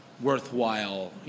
worthwhile